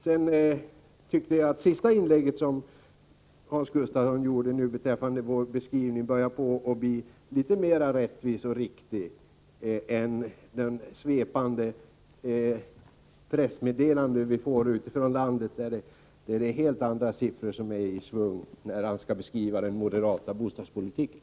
Det senaste inlägget som Hans Gustafsson gjorde beträffande vår beskrivning började bli litet mer rättvist och riktigt än de svepande pressmeddelanden vi får utifrån landet där det är helt andra siffror i svang när han skall beskriva den moderata bostadspolitiken.